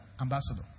Ambassador